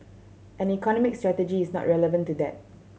and economic strategy is not relevant to that